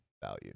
value